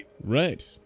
Right